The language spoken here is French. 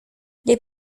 les